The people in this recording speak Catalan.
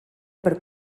per